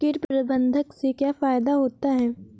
कीट प्रबंधन से क्या फायदा होता है?